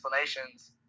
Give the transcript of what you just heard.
explanations